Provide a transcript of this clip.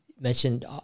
mentioned